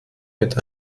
mit